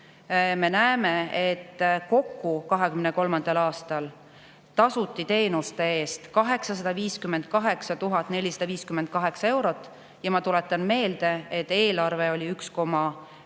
me näeme, et kokku 2023. aastal tasuti teenuste eest 858 458 eurot. Ja ma tuletan meelde, et eelarve oli